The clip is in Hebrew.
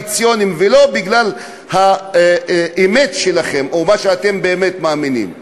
ולא בגלל האמת שלכם, או מה שאתם באמת מאמינים בו.